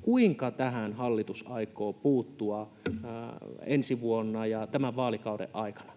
Kuinka hallitus aikoo puuttua tähän ensi vuonna ja tämän vaalikauden aikana?